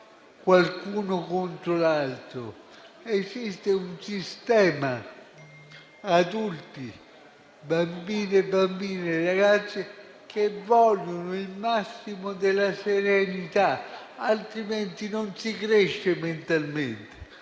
l'uno contro l'altro, ma esiste un sistema fatto di adulti, bambine, bambini e ragazzi che vogliono il massimo della serenità, altrimenti non si cresce mentalmente.